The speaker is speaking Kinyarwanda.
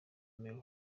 miley